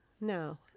No